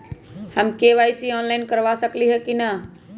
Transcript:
हम KYC online करवा सकली ह कि न?